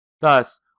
Thus